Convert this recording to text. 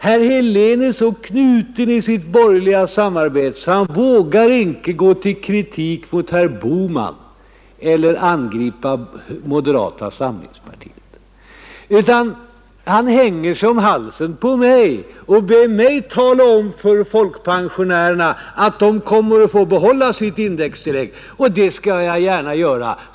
Herr Helén är så fastknuten i sitt borgerliga samarbete att han inte vågar gå till kritik mot herr Bohman eller angripa moderata samlingspartiet, utan han hänger sig om halsen på mig och ber mig tala om för folkpensionärerna att de kommer att få behålla sitt indextillägg. Det skall jag gärna göra.